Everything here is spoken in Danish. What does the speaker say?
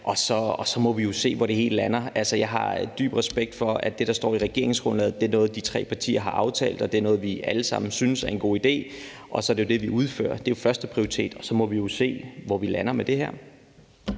Vi må jo se, hvor det hele lander. Altså, jeg har dyb respekt for, at det, der står i regeringsgrundlaget, er noget, de tre partier har aftalt. Det er noget, vi alle sammen synes er en god idé, og så er det jo det, vi udfører. Det er førsteprioriteten, og så må vi se, hvor vi lander med det her.